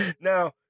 now